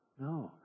No